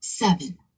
Seven